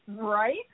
right